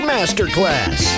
Masterclass